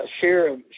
share